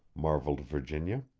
marvelled virginia.